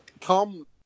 come